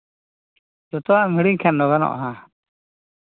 ᱡᱚᱛᱚᱣᱟᱜ ᱮᱢ ᱦᱤᱲᱤᱧ ᱠᱷᱟᱱ ᱫᱚ ᱜᱟᱱᱚᱜᱼᱟ